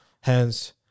Hence